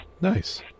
Nice